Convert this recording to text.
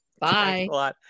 Bye